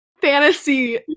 fantasy